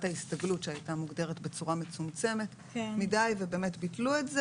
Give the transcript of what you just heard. ההסתגלות שהייתה מוגדרת בצורה מצומצמת מדי ובאמת ביטלו את זה